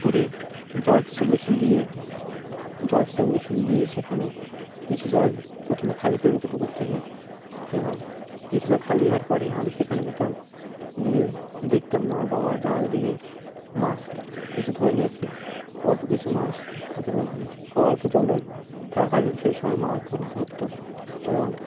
পুকুরে জল সেচ মেশিন দিয়ে জল সেচ মেশিন দিয়ে সেখানে কিছু জল প্রথমে খালি করে নিত পুকুর থেকে এবং কিছু জল খালি হওয়ার পরে আমি সেখানে যেতাম গিয়ে দেখতাম আমার বাবা জাল দিয়ে মাছ কিছু ধরে নিয়েছে অল্প কিছু মাছ প্রথমে অল্প জলে থাকাকালীন সেই সময় মাছ ধ ধত্তো এবং